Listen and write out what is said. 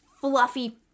fluffy